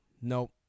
Nope